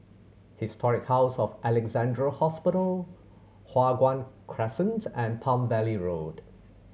Historic House of Alexandra Hospital Hua Guan Crescents and Palm Valley Road